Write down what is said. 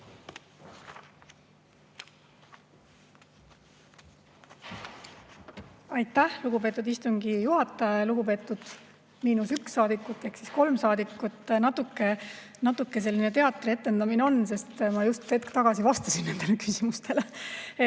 Aitäh, lugupeetud istungi juhataja! Lugupeetud miinus üks saadikut ehk kolm saadikut! Natuke selline teatri etendamine on, sest ma just hetk tagasi vastasin nendele küsimustele.